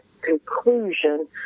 conclusion